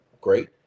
Great